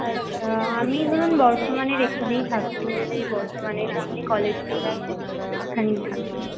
আচ্ছা আমি ধরুন বর্ধমানের এখানেই থাকি মানে এই বর্ধমানের সামনে কলেজ মোড় আছে ওখানেই থাকি